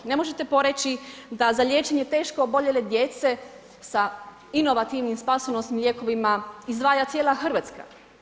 Ne možete poreći da za liječenje teško oboljele djece sa inovativnim spasonosnim lijekovima izdvaja cijela Hrvatska.